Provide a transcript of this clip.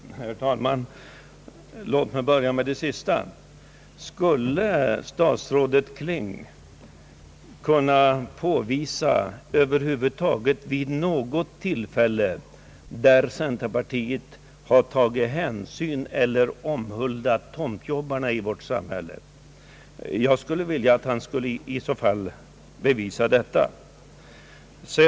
Herr talman! Låt mig börja med det sista statsrådet nämnde. Skulle herr statsrådet Kling kunna påvisa över huvud taget något tillfälle, där centerpartiet tagit hänsyn till eller omhuldat tomtjobbarna i vårt samhälle? Jag skulle vilja att han i så fall bevisar detta.